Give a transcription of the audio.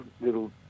little